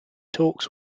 talks